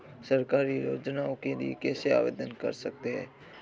सरकारी योजनाओं के लिए कैसे आवेदन कर सकते हैं?